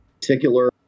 particular